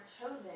chosen